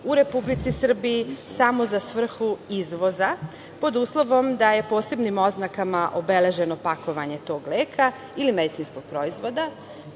u Republici Srbiji samo za svrhu izvoza, pod uslovom da je posebnim oznakama obeleženo pakovanje tog leka ili medicinskog proizvoda. Takođe,